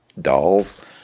dolls